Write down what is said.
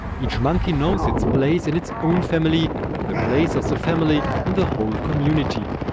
each monkey knows its place in its own family and the place of the family in the whole community.